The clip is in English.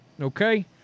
Okay